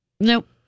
Nope